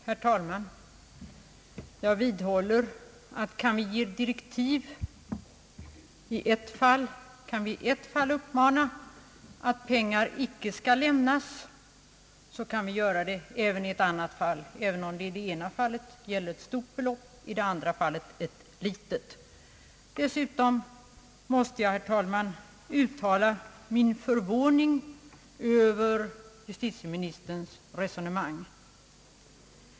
Herr talman! Jag vidhåller att om vi kan ge direktiv om användningen av ett anslag i ett fall kan vi göra det även i ett annat fall, även om det ena gången gäller ett stort belopp och andra gången ett litet belopp. Jag måste, herr talman, uttala min förvåning Över justitieministerns resonemang.